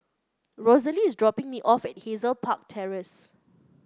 Rosalie is dropping me off at Hazel Park Terrace